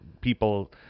people